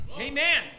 Amen